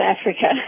Africa